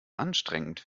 anstrengend